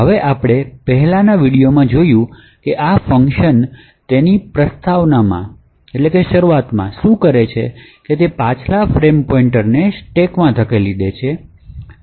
હવે આપણે પહેલાની વિડિઓમાં જોયું છે કે આ ફંકશન તેની પ્રસ્તાવનામાં શરૂઆતમાં શું કરે છે તે તે છે કે તે પાછલા ફ્રેમ પોઇન્ટરને સ્ટેકમાં ધકેલી દે છે